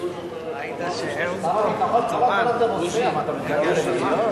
יפה שהוא זוכר איפה הוא אמר את זה.